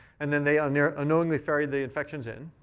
and then they and yeah unknowingly ferried the infections in.